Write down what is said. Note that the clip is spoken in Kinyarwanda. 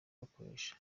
bakoresha